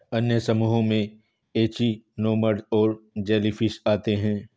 अन्य समूहों में एचिनोडर्म्स और जेलीफ़िश आते है